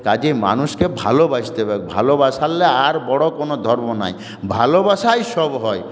কাজেই মানুষকে ভালোবাসতে হবেক ভালোবাসলে আর বড় কোনও ধর্ম নেই ভালোবাসায় সব হয়